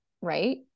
Right